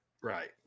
right